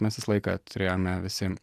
mes visą laiką turėjome visi